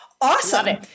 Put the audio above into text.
awesome